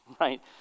Right